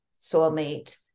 soulmate